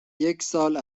یکسال